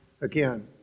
again